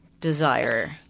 desire